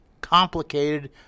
complicated